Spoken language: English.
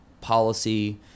policy